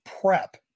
prep